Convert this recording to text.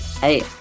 Hey